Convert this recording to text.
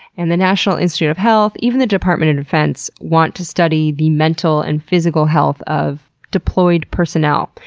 and the national institute of health, even the department of defense want to study the mental and physical health of deployed personnel.